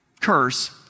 curse